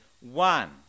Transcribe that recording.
one